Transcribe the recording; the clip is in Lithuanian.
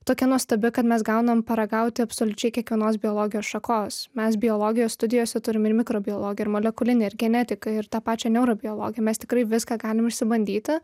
tokia nuostabi kad mes gaunam paragauti absoliučiai kiekvienos biologijos šakos mes biologijos studijose turim ir mikrobiologiją molekulinę ir genetiką ir tą pačią neurobiologiją mes tikrai viską galim išsibandyti